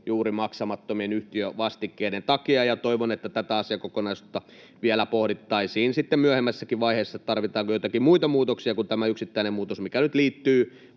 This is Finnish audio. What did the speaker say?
juuri maksamattomien yhtiövastikkeiden takia? Toivon, että tätä asiakokonaisuutta vielä pohdittaisiin myöhemmässäkin vaiheessa, eli tarvitaanko joitakin muita muutoksia kuin tämä yksittäinen muutos, mikä nyt liittyy